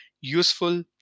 useful